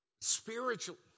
spiritually